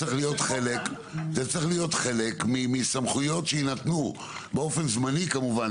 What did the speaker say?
צריך להיות חלק מסמכויות שיינתנו באופן זמני כמובן,